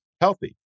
healthy